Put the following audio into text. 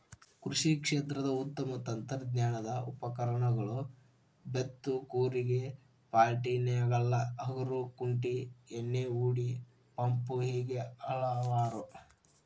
ಕೃಷಿ ಕ್ಷೇತ್ರದ ಉತ್ತಮ ತಂತ್ರಜ್ಞಾನದ ಉಪಕರಣಗಳು ಬೇತ್ತು ಕೂರಿಗೆ ಪಾಲ್ಟಿನೇಗ್ಲಾ ಹರಗು ಕುಂಟಿ ಎಣ್ಣಿಹೊಡಿ ಪಂಪು ಹೇಗೆ ಹಲವಾರು